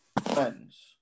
friends